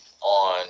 on